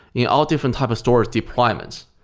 yeah all different type of storage deployments.